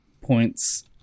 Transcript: points